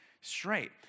straight